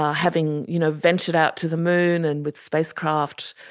um having you know ventured out to the moon and with spacecraft,